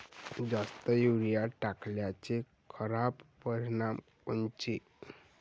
जास्त युरीया टाकल्याचे खराब परिनाम कोनचे?